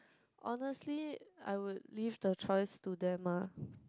honestly I would leave the choice to them ah